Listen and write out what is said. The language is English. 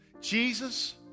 Jesus